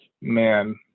man